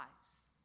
lives